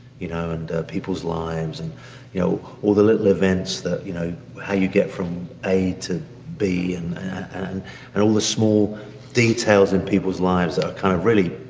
you know. and people's lives. and you know all the little events of you know how you get from a to b. and and and all the small details in people's lives, are kind of really.